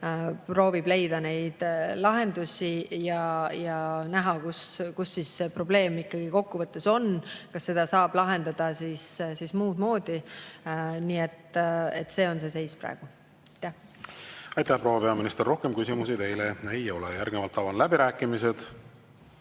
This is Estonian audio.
proovib leida neid lahendusi ning näha, kus see probleem ikkagi kokkuvõttes on ja kas seda saab lahendada muud moodi. Nii et see on see seis praegu. Aitäh, proua peaminister! Rohkem küsimusi teile ei ole. Järgnevalt avan läbirääkimised.